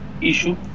issue